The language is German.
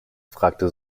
fragte